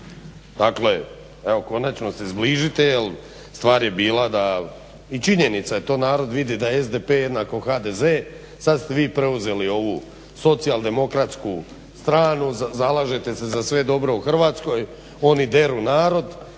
Dakle konačno se zbližite, stvar je bila i činjenica je, to narod vidi da SDP jednako HDZ, sad ste vi evo preuzeli socijaldemokratsku stranu. Zalažete se za sve dobro u Hrvatskoj. Oni deru narod.